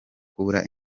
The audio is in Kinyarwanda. kubura